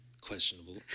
Questionable